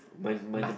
my my